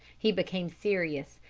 he became serious,